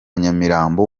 nyamirambo